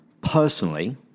personally